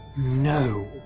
No